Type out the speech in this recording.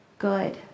good